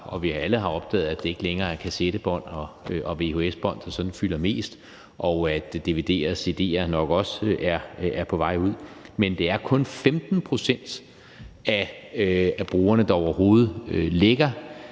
at vi alle har opdaget, at det ikke længere er kassettebånd og vhs-bånd, der sådan fylder mest, og at dvd'er og cd'er nok også er på vej ud, men det er kun 15 pct. af brugerne, der overhovedet lægger